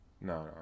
No